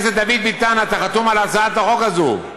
אתה חתום על הצעת החוק הזאת.